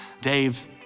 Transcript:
Dave